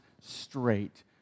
straight